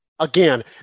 Again